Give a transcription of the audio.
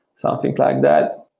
something like that.